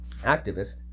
activist